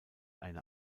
eine